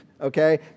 okay